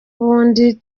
bundi